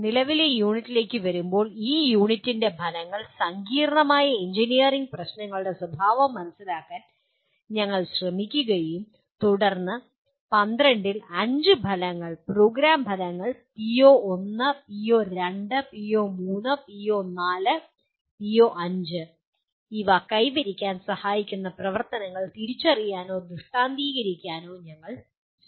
നിലവിലെ യൂണിറ്റിലേക്ക് വരുമ്പോൾ ഈ യൂണിറ്റിന്റെ ഫലങ്ങൾ സങ്കീർണ്ണമായ എഞ്ചിനീയറിംഗ് പ്രശ്നങ്ങളുടെ സ്വഭാവം മനസിലാക്കാൻ ഞങ്ങൾ ശ്രമിക്കുകയും തുടർന്ന് 12 ൽ 5 ഫലങ്ങൾ പ്രോഗ്രാം ഫലങ്ങൾ പിഒ1 പിഒ2 പിഒ3 പിഒ4 പിഒ5 ഇവ കൈവരിക്കാൻ സഹായിക്കുന്ന പ്രവർത്തനങ്ങൾ തിരിച്ചറിയാനോ ദൃഷ്ടാന്തീകരിക്കാനോ ഞങ്ങൾ ശ്രമിക്കുന്നു